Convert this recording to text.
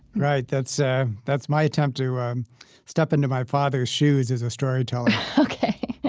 right. that's so that's my attempt to um step into my father's shoes as a storyteller ok.